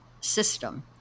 system